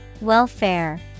Welfare